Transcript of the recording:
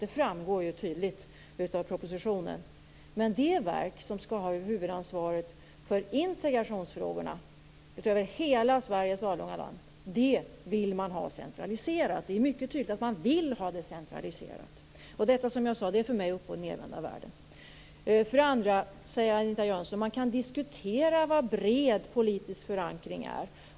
Det framgår tydligt av propositionen. Men det verk som skall ha huvudansvaret för integrationsfrågorna över hela Sveriges avlånga land skall vara centraliserat. Det framgår mycket tydligt att det skall vara centraliserat. Det är för mig upp-och-nedvända-världen. Sedan säger Anita Jönsson att det går att diskutera vad bred politisk förankring är.